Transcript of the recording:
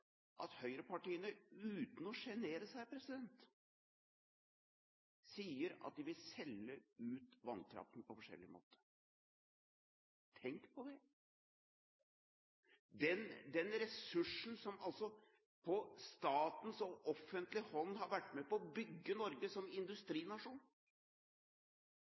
at høyrepartiene, uten å sjenere seg, sier at de vil selge ut vannkraften på forskjellige måter. Tenk på det! Om den ressursen som på statens – det offentliges – hånd har vært med på å bygge Norge som industrinasjon,